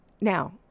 Now